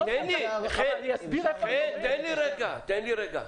תן לי רגע.